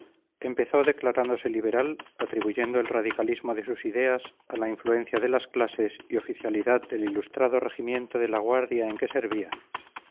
empezó declarándose liberal atribuyendo el radicalismo de sus ideas a la influencia de las clases y oficialidad del ilustrado regimiento de la guardia en que servía